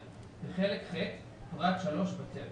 בחלק ח', פרט 3 בטל.